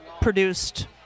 produced